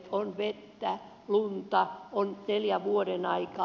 on vettä lunta on neljä vuodenaikaa